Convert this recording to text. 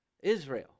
Israel